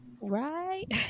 right